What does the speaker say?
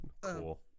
Cool